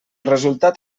resultat